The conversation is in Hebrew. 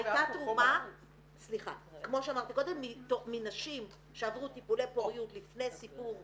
הייתה תרומה מנשים שעברו טיפולי פוריות לפני סיפור